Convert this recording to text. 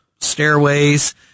stairways